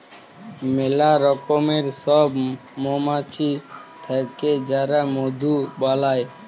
ম্যালা রকমের সব মমাছি থাক্যে যারা মধু বালাই